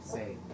Say